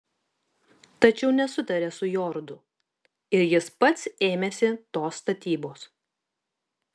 tačiau nesutarė su jorudu ir jis pats ėmėsi tos statybos